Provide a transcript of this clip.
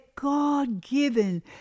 God-given